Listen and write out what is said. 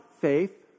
Faith